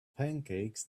pancakes